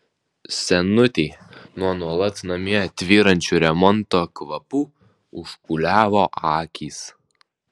senutei nuo nuolat name tvyrančių remonto kvapų užpūliavo akys